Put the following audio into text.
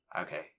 okay